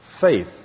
faith